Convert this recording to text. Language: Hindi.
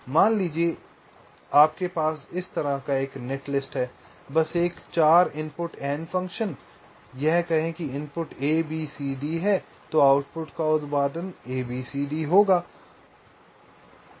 मान लीजिए कि आपके पास इस तरह का एक नेटलिस्ट है बस एक 4 इनपुट AND फ़ंक्शन यह कहें कि इनपुट ए बी सी और डी हैं तो आउटपुट का उत्पादन एबीसीडी है